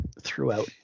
throughout